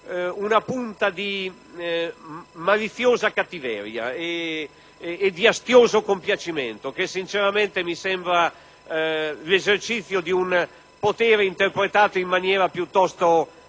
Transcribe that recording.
una punta di maliziosa cattiveria e di astioso compiacimento, che mi sembra l'esercizio di un potere interpretato in modo piuttosto